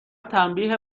تنبیه